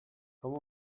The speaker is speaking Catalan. com